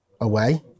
away